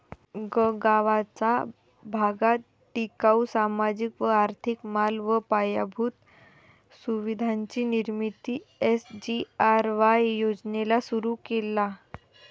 गगावाचा भागात टिकाऊ, सामाजिक व आर्थिक माल व पायाभूत सुविधांची निर्मिती एस.जी.आर.वाय योजनेला सुरु केला